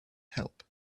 help